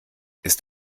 ist